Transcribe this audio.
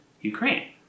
Ukraine